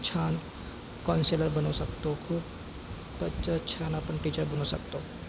छान कॉन्सिलर बनू शकतो खूपच छान आपण टीचर बनू शकतो